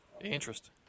Interest